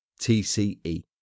TCE